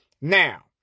Now